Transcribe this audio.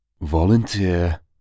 volunteer